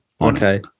okay